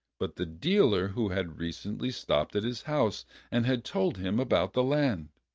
but the dealer who had recently stopped at his house and had told him about the land.